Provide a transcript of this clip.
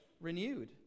renewed